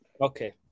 Okay